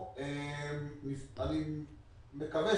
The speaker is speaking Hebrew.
האם יהיה זכאי